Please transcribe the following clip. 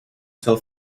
cell